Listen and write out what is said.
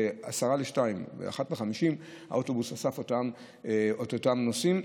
וב-01:50 האוטובוס אסף את אותם נוסעים.